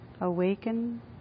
awaken